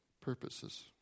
purposes